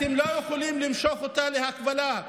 אתם לא יכולים למשוך אותה להקבלה.